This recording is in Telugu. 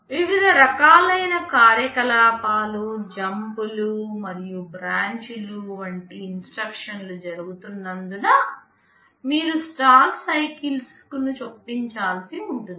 వివిధ రకాలైన కార్యకలాపాలు జంప్లు మరియు బ్రాంచీలు వంటి ఇన్స్ట్రక్షన్స్ జరుగుతున్నందున మీరు స్టాల్ సైకిల్స్ చొప్పించాల్సి ఉంటుంది